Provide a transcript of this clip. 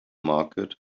market